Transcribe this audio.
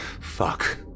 Fuck